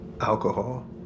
Alcohol